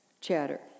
chatter